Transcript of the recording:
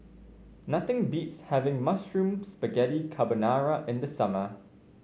nothing beats having Mushroom Spaghetti Carbonara in the summer